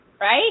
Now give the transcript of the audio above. right